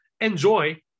Enjoy